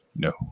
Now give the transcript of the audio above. No